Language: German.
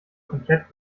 komplett